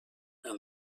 and